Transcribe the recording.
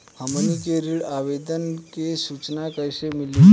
हमनी के ऋण आवेदन के सूचना कैसे मिली?